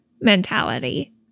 mentality